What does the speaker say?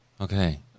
Okay